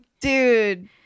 Dude